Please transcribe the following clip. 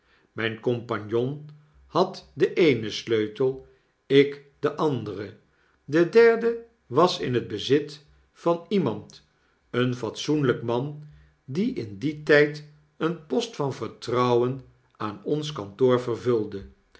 compagnon had den eenen sleutel ik den anderen de derde was in het bezit van iemand een fatsoenlyk man die in dien tyd een post van vertrouwen aan ons kantoor vervulde